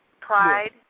pride